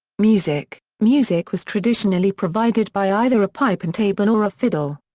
music music was traditionally provided by either a pipe and tabor or a fiddle.